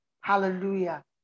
hallelujah